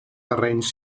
terrenys